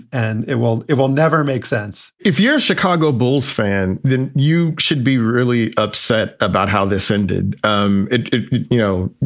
and it will it will never make sense if you're a chicago bulls fan, then you should be really upset about how this ended. um you know,